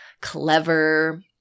clever